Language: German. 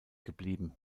geblieben